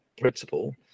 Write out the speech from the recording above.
principle